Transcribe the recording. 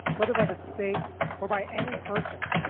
whether by the state or by any person,